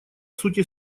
сути